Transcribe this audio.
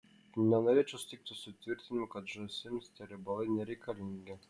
nenorėčiau sutikti su tvirtinimu kad žąsims tie riebalai nereikalingi